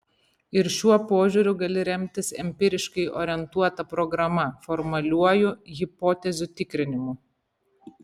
ir šiuo požiūriu gali remtis empiriškai orientuota programa formaliuoju hipotezių tikrinimu